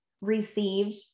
received